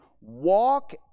walk